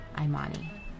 Imani